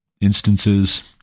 instances